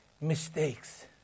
mistakes